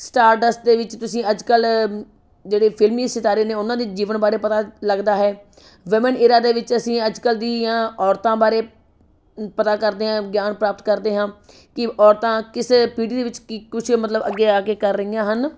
Stardust ਦੇ ਵਿੱਚ ਤੁਸੀਂ ਅੱਜ ਕੱਲ੍ਹ ਜਿਹੜੇ ਫਿਲਮੀ ਸਿਤਾਰੇ ਨੇ ਉਹਨਾਂ ਦੇ ਜੀਵਨ ਬਾਰੇ ਪਤਾ ਲੱਗਦਾ ਹੈ ਵਿਮਨ ਇਰਾ ਦੇ ਵਿੱਚ ਅਸੀਂ ਅੱਜ ਕੱਲ੍ਹ ਦੀਆਂ ਔਰਤਾਂ ਬਾਰੇ ਪਤਾ ਕਰਦੇ ਹਾਂ ਗਿਆਨ ਪ੍ਰਾਪਤ ਕਰਦੇ ਹਾਂ ਕਿ ਔਰਤਾਂ ਕਿਸ ਪੀੜ੍ਹੀ ਦੇ ਵਿੱਚ ਕੀ ਕੁਛ ਮਤਲਬ ਅੱਗੇ ਆ ਕੇ ਕਰ ਰਹੀਆਂ ਹਨ